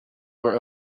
were